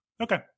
Okay